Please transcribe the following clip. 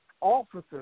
officers